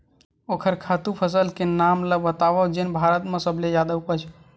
ओखर खातु फसल के नाम ला बतावव जेन भारत मा सबले जादा उपज?